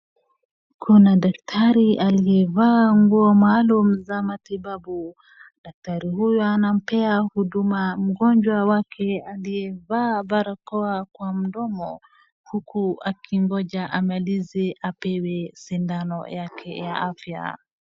Kuna daktari aliyevaa nguo maalum za matibabu. Daktari huyo anaampea huduma mgonjwa wake aliyevaa barakoa kwa mdomo, huku akingoja amalize apewe sindano yake ya afya.